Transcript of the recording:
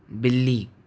बिल्ली